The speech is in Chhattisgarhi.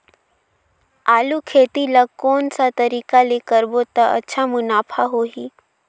आलू खेती ला कोन सा तरीका ले करबो त अच्छा मुनाफा होही?